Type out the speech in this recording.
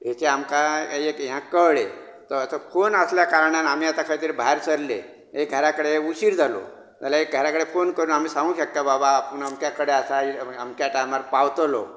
हेचें आमकां एक हें कळ्ळें तो फोन आसल्या कारणान आमी आतां खंय तरी भायर सरलीं ए घरां कडेन उशीर जालो जाल्यार एक घरा कडेन फोन करून आमी सांगूंक शकतात बाबा आपूण अमके कडेन आसा अमक्या टायमार पावतलो